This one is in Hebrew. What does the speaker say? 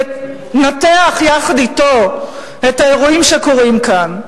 לנתח יחד אתו את האירועים שקורים כאן.